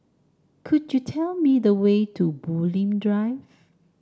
could you tell me the way to Bulim Drive